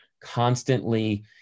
constantly